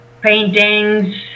paintings